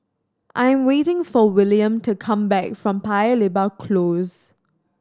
I'm waiting for William to come back from Paya Lebar Close